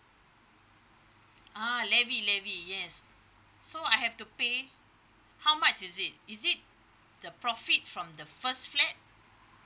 ah levy levy yes so I have to pay how much is it is it the profit from the first flat